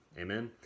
Amen